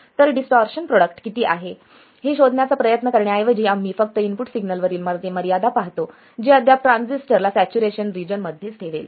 तर distortion product किती आहे हे शोधण्याचा प्रयत्न करण्याऐवजी आम्ही फक्त इनपुट सिग्नलवरील मर्यादा पाहतो जे अद्याप ट्रांजिस्टर ला सॅच्युरेशन रिजन मध्ये ठेवेल